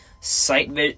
Sight